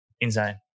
insane